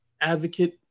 advocate